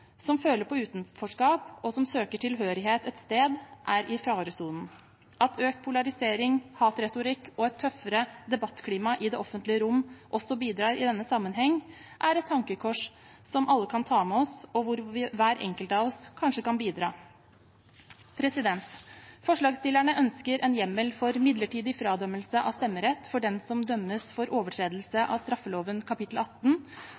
som føler på utenforskap, og som søker tilhørighet et sted, er i faresonen. At økt polarisering, hatretorikk og et tøffere debattklima i det offentlige rom også bidrar i denne sammenheng, er et tankekors alle kan ta med seg, og hvor hver enkelt av oss kanskje kan bidra. Forslagsstillerne ønsker en hjemmel for midlertidig fradømmelse av stemmerett for den som dømmes for overtredelse av straffeloven kapittel 18,